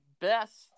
best